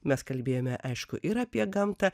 mes kalbėjome aišku ir apie gamtą